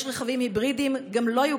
יש גם רכבים היברידיים לא יוקרתיים.